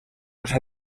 los